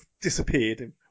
disappeared